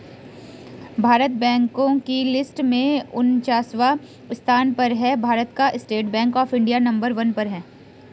भारत बैंको की लिस्ट में उनन्चास स्थान पर है भारत का state bank of India number one पर है